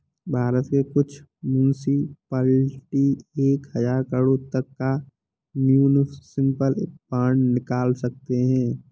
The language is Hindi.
भारत के कुछ मुन्सिपलिटी एक हज़ार करोड़ तक का म्युनिसिपल बांड निकाल सकते हैं